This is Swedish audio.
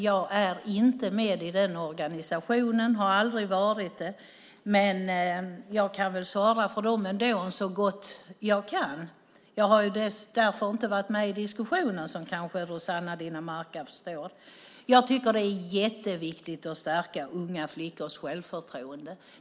Jag är inte med i den organisationen, har aldrig varit det, men jag får väl svara för dem ändå så gott jag kan, alltså även om jag inte varit med i den diskussionen. Det är jätteviktigt att stärka unga flickors självförtroende.